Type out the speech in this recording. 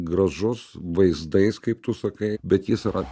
gražus vaizdais kaip tu sakai bet jis yra